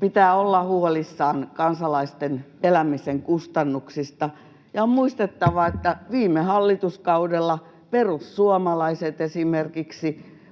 Pitää olla huolissaan kansalaisten elämisen kustannuksista, ja on muistettava, että viime hallituskaudella perussuomalaiset esimerkiksi